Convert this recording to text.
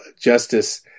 justice